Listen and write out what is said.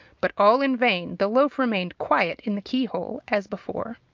but all in vain the loaf remained quiet in the key-hole as before.